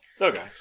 Okay